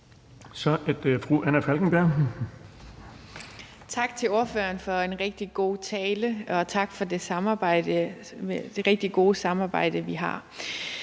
Kl. 09:49 Anna Falkenberg (SP): Tak til ordføreren for en rigtig god tale, og tak for det gode daglige samarbejde, vi har.